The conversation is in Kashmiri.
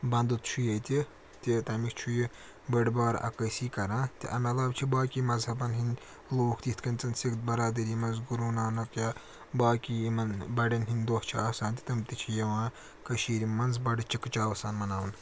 بنٛدُت چھُ ییٚتہِ تہِ تَمِچ چھُ یہِ بٔڑ بار عکٲسی کَران تہِ اَمہِ علاوٕ چھِ باقے مذہبَن ہِنٛدۍ لوٗکھ تہِ یِتھ کٔنۍ زَن سِکھ بَرادٔری منٛز گُروٗ نانک یا باقٕے یِمَن بَڑٮ۪ن ہِنٛدۍ دۄہ چھِ آسان تہٕ تِم تہِ چھِ یِوان کٔشیٖرِ منٛز بَڑٕ چِکہٕ چاو سان مَناونہٕ